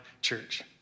church